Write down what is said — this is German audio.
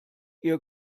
ihr